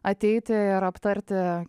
ateiti ir aptarti